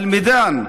אל-מידאן,